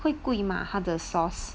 会贵吗他的 sauce